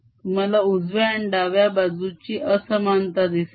तुम्हाला उजव्या आणि डाव्या बाजूची असमानता दिसेल